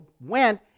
went